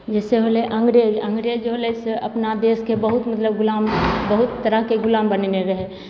जैसे भेलय अँग्रेज अँग्रेज होलय से अपना देशके बहुत मतलब गुलाम बहुत तरहके गुलाम बनेने रहय